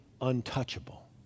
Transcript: untouchable